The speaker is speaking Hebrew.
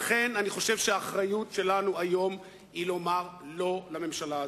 לכן אני חושב שהאחריות שלנו היום היא לומר לא לממשלה הזו.